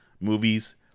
movies